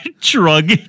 drug